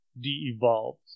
De-evolved